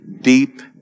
deep